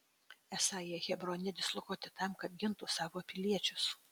esą jie hebrone dislokuoti tam kad gintų savo piliečius